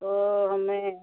तो हमें